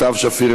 סתיו שפיר,